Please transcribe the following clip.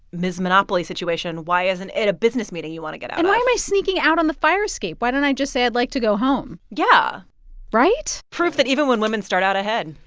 ms. monopoly situation, why isn't it a business meeting you want to get out of? and why am i sneaking out on the fire escape? why don't i just say i'd like to go home? yeah right? proof that even when women start out ahead,